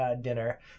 dinner